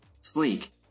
Sleek